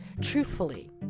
truthfully